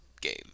game